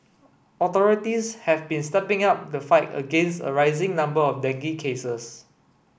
authorities have been stepping up the fight against a rising number of dengue cases